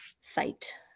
site